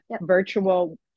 virtual